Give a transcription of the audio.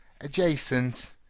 adjacent